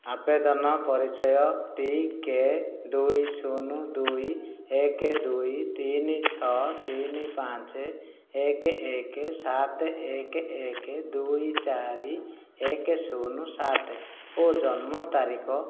ଆବେଦନ ପରିଚୟ ଟି କେ ଦୁଇ ଶୂନ ଦୁଇ ଏକ ଦୁଇ ତିନି ଛଅ ତିନି ପାଞ୍ଚ ଏକ ଏକ ସାତ ଏକ ଏକ ଦୁଇ ଚାରି ଏକ ଶୂନ ସାତ ଓ ଜନ୍ମ ତାରିଖ